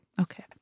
Okay